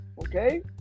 okay